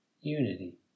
unity